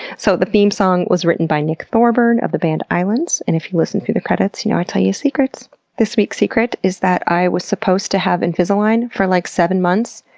so the theme song was written by nick thorburn of the band islands. and if you listen through the credits, you know i tell you this week's secret is that i was supposed to have invisalign for, like, seven months,